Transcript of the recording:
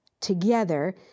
together